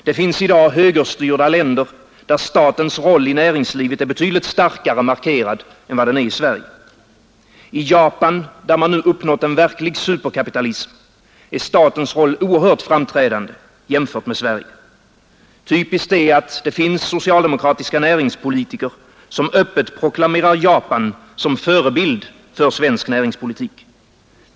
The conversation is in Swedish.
Det finns i dag högerstyrda länder där statens roll i näringslivet är betydligt starkare markerad än vad den är i Sverige. I Japan, där man nu uppnått en verklig superkapitalism, är statens roll oerhört framträdande jämfört med i Sverige. Typiskt är att det finns socialdemokratiska näringspolitiker som öppet proklamerar Japan som förebild för svensk näringspolitik.